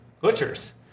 butchers